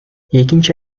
экинчи